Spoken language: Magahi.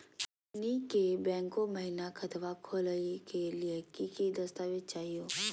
हमनी के बैंको महिना खतवा खोलही के लिए कि कि दस्तावेज चाहीयो?